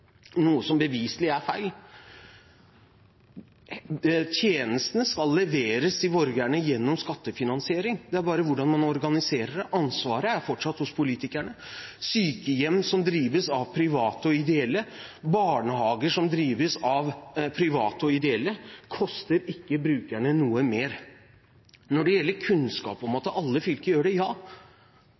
noe som beviselig er feil. Tjenestene skal leveres til borgerne gjennom skattefinansiering. Det er bare et spørsmål om hvordan man organiserer det, ansvaret er fortsatt hos politikerne. Sykehjem som drives av private og ideelle, og barnehager som drives av private og ideelle, koster ikke brukerne noe mer. Når det gjelder kunnskap om at alle fylker gjør det,